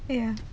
ya